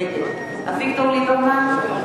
נגד אביגדור ליברמן,